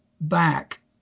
back